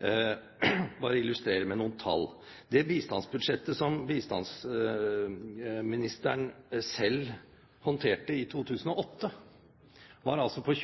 Jeg vil bare illustrere med noen tall: Det bistandsbudsjettet som bistandsministeren selv håndterte i 2008, var på